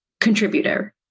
contributor